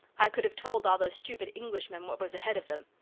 i could have told all those stupid englishmen what was ahead of them.